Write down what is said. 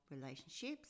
relationships